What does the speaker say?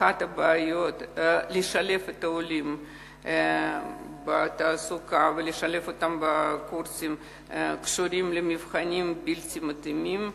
אחת הבעיות בשילוב העולים בתעסוקה ובקורסים קשורה למבחנים בלתי מתאימים,